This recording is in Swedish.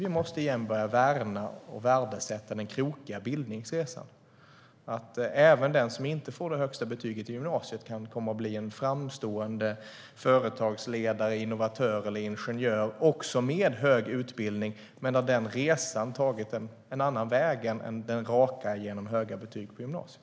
Vi måste åter börja värna om och värdesätta den krokiga bildningsresan, så att även den som inte får det högsta betyget i gymnasiet kan komma att bli en framstående företagsledare, innovatör eller ingenjör med hög utbildning, men där resan har tagit en annan väg än den raka genom höga betyg från gymnasiet.